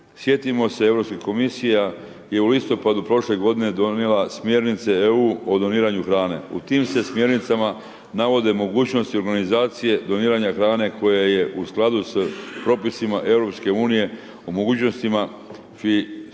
Sjetimo se, EK je u listopadu prošle godine donijela smjernice EU o doniranju hrane. U tim se smjernicama navode mogućnosti organizacije doniranja hrane koja je u skladu s propisima EU o mogućnostima fiskalnog